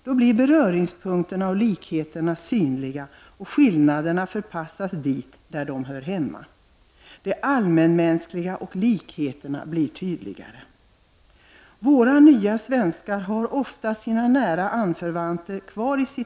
Då blir beröringspunkterna och likheterna synliga och skillnaderna förpassas dit där de hör hemma. Det allmänmänskliga och likheterna blir tydligare. Våra nya svenskar har ofta sina nära anförvanter kvar i hemlandet.